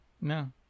No